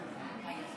פחות